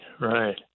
right